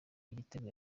igitego